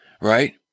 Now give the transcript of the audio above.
right